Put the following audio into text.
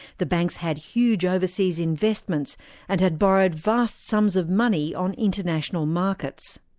the banks had huge overseas investments and had borrowed vast sums of money on international markets.